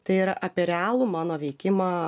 tai yra apie realų mano veikimą